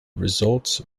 results